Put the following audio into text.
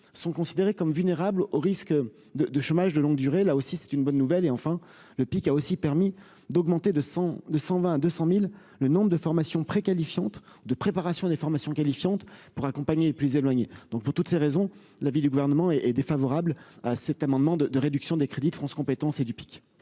sont considérées comme vulnérables au risque de de chômage de longue durée, là aussi c'est une bonne nouvelle et enfin le pic a aussi permis d'augmenter de 100 de 120 à 200000 le nombre de formation pré- qualifiante de préparation des formations qualifiantes pour accompagner les plus éloignés, donc pour toutes ces raisons, l'avis du gouvernement, et est défavorable à cet amendement de de réduction des crédits de France compétences et du pic.